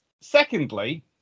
Secondly